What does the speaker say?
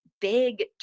big